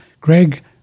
Greg